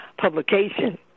publication